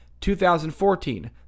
2014